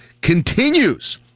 continues